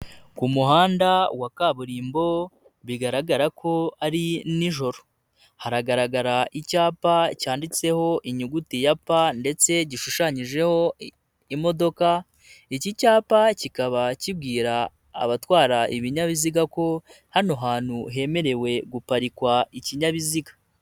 Ku muhanda wa kaburimbo bigaragara ko ari nijoro haragaragara icyapa cyanditseho inyuguti ya pa ndetse gishushanyijeho imodoka, iki cyapa kikaba kibwira abatwara ibinyabiziga ko hano hantu hemerewe guparikwa ikinyabiziga.